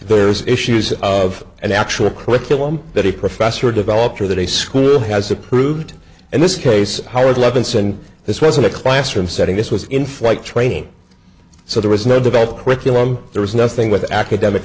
there's issues of an actual curriculum that a professor developed or that a school has approved and this case howard levinson this wasn't a classroom setting this was in flight training so there was no developed curriculum there was nothing with academic